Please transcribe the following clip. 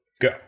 go